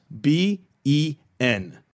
B-E-N